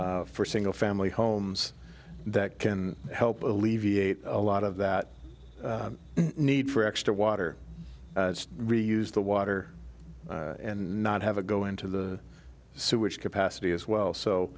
for single family homes that can help alleviate a lot of that need for extra water reuse the water and not have a go into the sewage capacity as well so